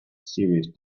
serious